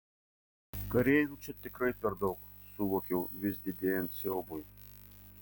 kareivių čia tikrai per daug suvokiau vis didėjant siaubui